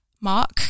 Mark